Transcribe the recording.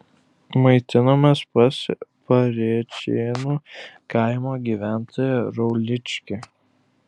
maitinomės pas parėčėnų kaimo gyventoją rauličkį